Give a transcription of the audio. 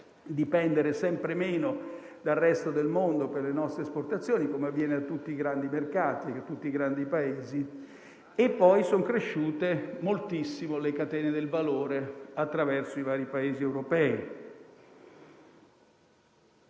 dipendere sempre meno dal resto del mondo per le nostre esportazioni, così come avviene per tutti i grandi mercati e Paesi. Sono inoltre cresciute moltissimo le catene del valore attraverso i vari Paesi europei.